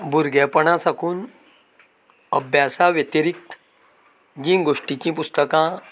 भुरगेपणा साकून अभ्यासा वेतरिक्त जी गोश्टिची पुस्तकां